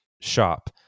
shop